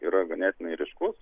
yra ganėtinai ryškus